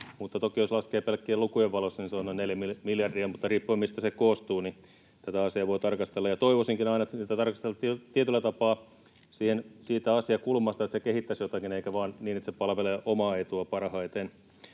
Mutta toki jos laskee pelkkien lukujen valossa, niin se on noin neljä miljardia. Mutta riippuen, mistä se koostuu, tätä asiaa voi tarkastella, ja toivoisinkin aina, että tätä tarkasteltaisiin tietyllä tapaa siitä asiakulmasta, että se kehittäisi jotakin, eikä vain niin, että se palvelee omaa etua parhaiten.